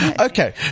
Okay